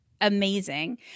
amazing